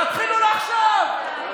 אתה נגד מדינת ישראל.